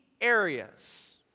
areas